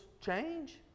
change